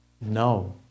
No